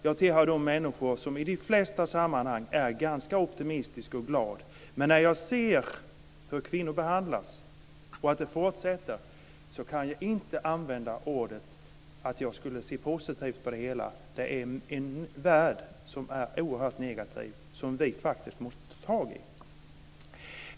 Jag hör till de människor som i de flesta sammanhang är ganska optimistiska och glada. Men när jag ser hur kvinnor behandlas, och att det fortsätter, så kan jag inte använda ett sådant ord som att jag skulle se positivt på det hela. Det är en värld som är oerhört negativ som vi faktiskt måste ta tag i.